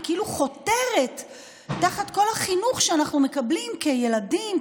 כאילו חותרת תחת כל החינוך שאנחנו מקבלים כילדים,